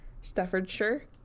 Staffordshire